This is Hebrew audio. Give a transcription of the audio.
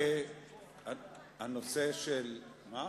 אנחנו בעד.